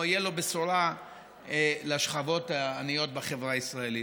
או תהיה בו בשורה לשכבות העניות בחברה הישראלית.